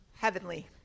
heavenly